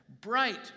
bright